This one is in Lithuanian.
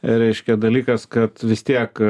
reiškia dalykas kad vis tiek